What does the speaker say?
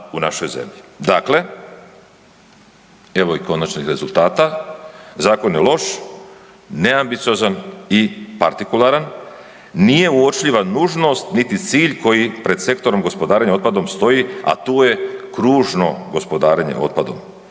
u našoj zemlji. Dakle, evo i konačnih rezultata, zakon je loš, neambiciozan i partikularan, nije uočljiva nužnost niti cilj koji pred sektorom gospodarenja otpadom stoji, a tu je kružno gospodarenje otpadom.